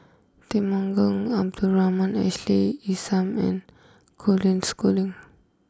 Temenggong Abdul Rahman Ashley Isham and Colin Schooling